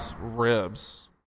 ribs